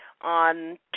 on